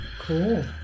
Cool